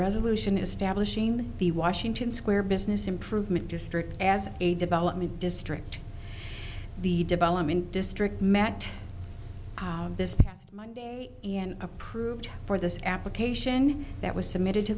resolution establishing the washington square business improvement district as a development district the development district met this past monday and approved for this application that was submitted to